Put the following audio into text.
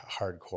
hardcore